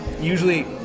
Usually